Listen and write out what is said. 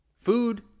Food